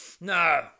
no